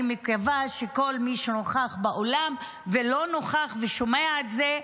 אני מקווה שכל מי שנוכח באולם ולא נוכח ושומע את זה,